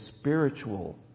spiritual